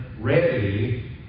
ready